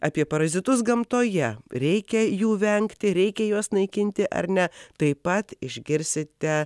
apie parazitus gamtoje reikia jų vengti reikia juos naikinti ar ne taip pat išgirsite